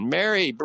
Mary